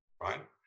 right